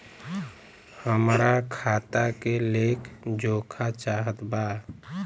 हमरा खाता के लेख जोखा चाहत बा?